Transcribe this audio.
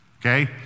Okay